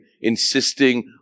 insisting